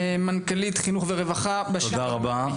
תודה רבה.